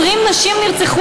20 נשים נרצחו.